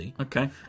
Okay